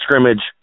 scrimmage